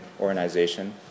organization